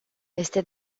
este